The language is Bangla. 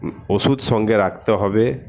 ওষুধ সঙ্গে রাখতে হবে